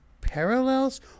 parallels